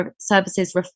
services